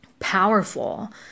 powerful